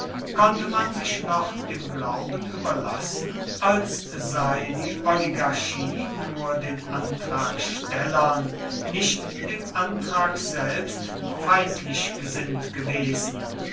konnte man sich noch dem glauben überlassen als sei die oligarchie nur den antragstellern nicht dem antrag selbst feindlich gesinnt gewesen